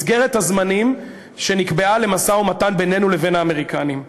מסגרת הזמנים שנקבעה למשא-ומתן בינינו לבין האמריקנים.